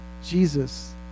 jesus